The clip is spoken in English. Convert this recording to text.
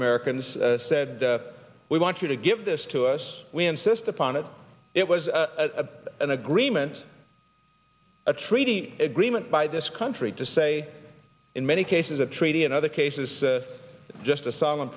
americans said we want you to give this to us we insist upon it it was an agreement a treaty agreement by this country to say in many cases a treaty and other cases just a solemn